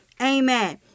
Amen